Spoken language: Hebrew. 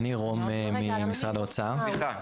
אני קורא גם בדוחות שהמדינה כן בנתה מעונות,